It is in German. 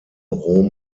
rom